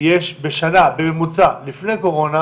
יש בשנה בממוצע לפני קורונה